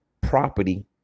property